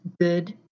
good